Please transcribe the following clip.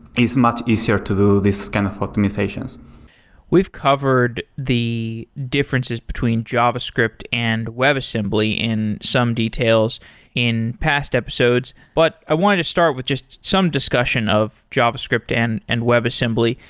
is much easier to do these kind of optimizations we've covered the differences between javascript and webassembly in some details in past episodes, but i wanted to start with just some discussion of javascript and and webassembly.